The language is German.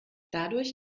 dadurch